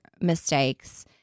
mistakes